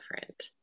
different